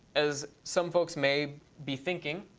as some folks may be thinking,